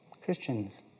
Christians